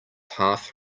half